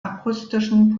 akustischen